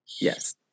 Yes